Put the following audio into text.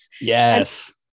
Yes